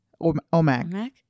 Omac